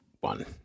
one